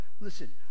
Listen